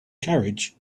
carriage